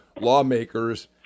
Lawmakers